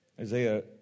Isaiah